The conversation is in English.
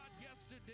yesterday